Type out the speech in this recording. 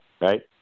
right